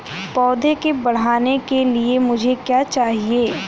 पौधे के बढ़ने के लिए मुझे क्या चाहिए?